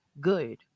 good